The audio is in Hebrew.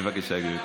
בבקשה, גברתי.